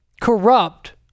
corrupt